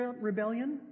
rebellion